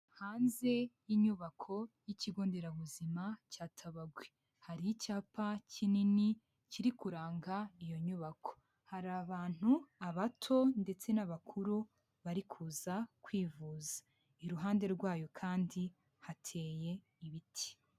Hanze y'inyubako y'ikigo nderabuzima cya Tabagwe hari icyapa kinini kiri kuranga iyo nyubako; hari abantu abato ndetse n'abakuru bari kuza kwivuza iruhande rwayo kandi hateye ibiti.